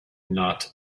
not